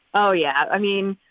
oh, yeah. i mean,